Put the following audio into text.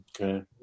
Okay